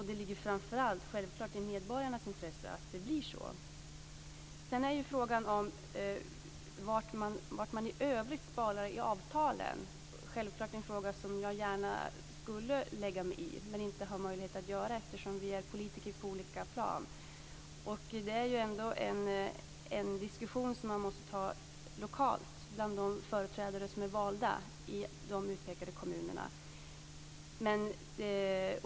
Det ligger framför allt i medborgarnas intresse att det blir så. Sedan är frågan var man i övrigt sparar i avtalen. Det är självfallet en fråga som jag gärna skulle lägga mig i, men det har jag inte möjlighet att göra eftersom vi är politiker på olika plan. Det är en diskussion som man måste ta lokalt, bl.a. de företrädare som är valda i de utpekade kommunerna.